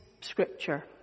scripture